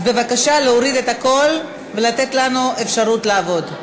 אז בבקשה להוריד את הקול ולתת לנו אפשרות לעבוד.